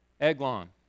Eglon